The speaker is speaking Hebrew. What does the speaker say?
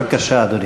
בבקשה, אדוני.